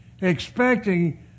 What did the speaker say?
expecting